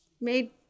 made